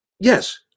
Yes